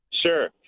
Sure